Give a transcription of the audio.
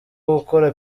gukora